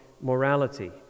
morality